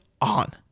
on